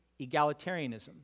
egalitarianism